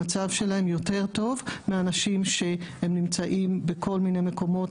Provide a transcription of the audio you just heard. אז המצב שלהם יותר טוב מאנשים שנמצאים בכל מיני מקומות